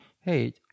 hey